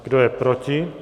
Kdo je proti?